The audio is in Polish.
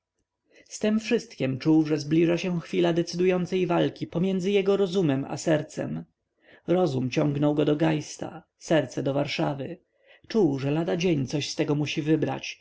z tem wszystkiem czuł że zbliża się chwila decydującej walki pomiędzy jego rozumem i sercem rozum ciągnął go do geista serce do warszawy czuł że ladadzień coś z tego musi wybrać